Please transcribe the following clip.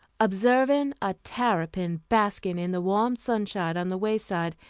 observing a terrapin basking in the warm sunshine on the wayside,